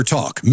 Talk